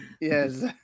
Yes